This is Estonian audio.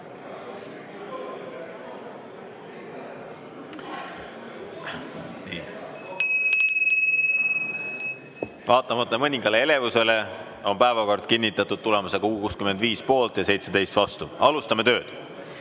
Vaatamata mõningale elevusele on päevakord kinnitatud tulemusega 65 poolt ja 17 vastu. Alustame tööd.